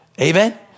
Amen